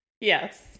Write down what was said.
Yes